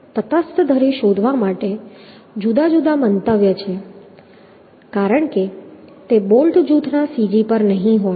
તટસ્થ ધરી શોધવા માટે જુદા જુદા મંતવ્યો છે કારણ કે તે બોલ્ટ જૂથના cg પર નહીં હોય